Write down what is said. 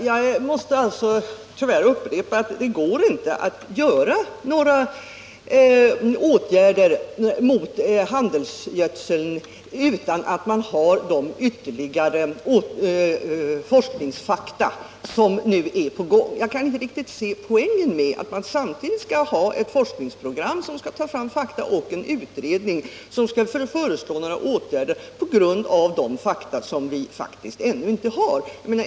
Herr talman! Jag måste tyvärr upprepa att det inte går att vidta några åtgärder mot användningen av handelsgödsel utan att man har de ytterligare forskningsfakta som nu är på gång. Jag kan inte riktigt se poängen med att samtidigt ha ett forskningsprogram som skall ta fram fakta och en utredning som skall föreslå åtgärder på grundval av de fakta som vi faktiskt ännu inte har.